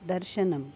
दर्शनम्